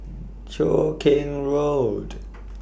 Cheow Keng Road